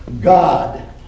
God